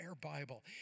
Bible